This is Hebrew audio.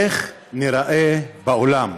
איך ניראה בעולם?